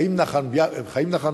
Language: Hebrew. חיים נחמן ביאליק,